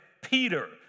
Peter